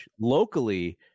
locally